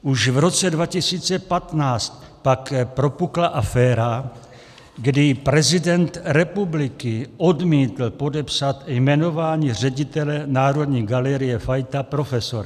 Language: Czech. Už v roce 2015 pak propukla aféra, kdy prezident republiky odmítl podepsat jmenování ředitele Národní galerie Fajta profesorem.